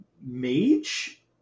mage